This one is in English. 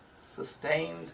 Sustained